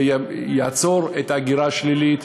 זה יעצור את ההגירה השלילית,